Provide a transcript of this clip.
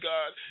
God